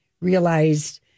realized